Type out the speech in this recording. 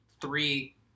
three